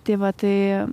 tai va tai